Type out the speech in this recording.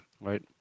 Right